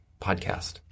podcast